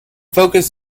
focus